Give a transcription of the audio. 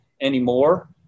anymore